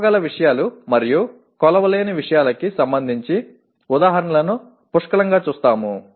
కొలవగల విషయాలు మరియు కొలవలేని విషయాలకి సంబంధించి ఉదాహరణలను పుష్కలంగా చూస్తాము